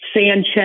Sanchez